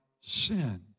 sin